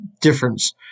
difference